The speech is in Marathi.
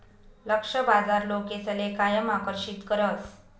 लक्ष्य बाजार लोकसले कायम आकर्षित करस